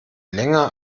länger